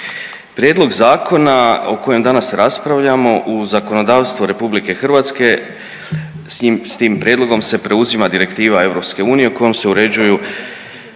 prijedlog zakona o kojem danas raspravljamo u zakonodavstvo RH s tim prijedlogom se preuzima Direktiva EU kojom se uređuju